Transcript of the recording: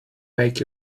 make